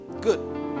Good